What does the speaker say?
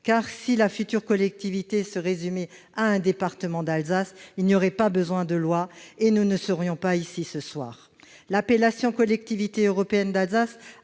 si la future collectivité se résumait à un département d'Alsace, il n'y aurait pas besoin de loi, et nous ne serions pas ici ce soir ! L'appellation « Collectivité européenne d'Alsace »,